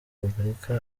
repubulika